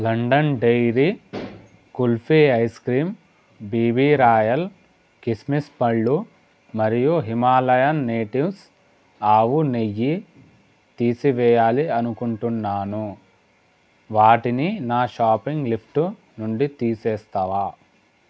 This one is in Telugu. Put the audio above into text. London dairy kulfi ice cream BB royal కిస్మిస్ పళ్ళు మరియు హిమాలయన్ నేటివ్స్ ఆవు నెయ్యి తీసివేయాలి అనుకుంటున్నాను వాటిని నా షాపింగ్ లిఫ్టు నుండి తీసేస్తావా